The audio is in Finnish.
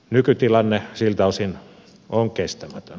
nykytilanne siltä osin on kestämätön